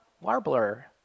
warbler